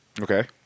Okay